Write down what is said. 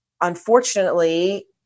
unfortunately